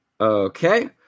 okay